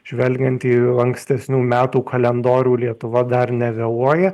žvelgiant į ankstesnių metų kalendorių lietuva dar nevėluoja